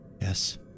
Yes